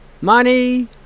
Money